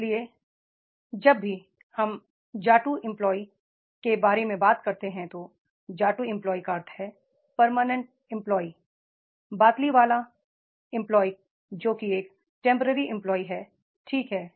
इसलिए जब भी हम जा टू एंप्लाइ के बारे में बात कर रहे हैं तो जाटू एंप्लाइ का अर्थ है परमानेंट एंप्लाइ बालातिवाला एंप्लाइ जो कि एक टेंपरेरी एंप्लाइ है ठीक है